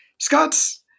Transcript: scott's